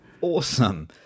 Awesome